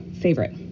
favorite